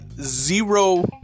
zero